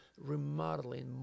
remodeling